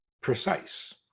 precise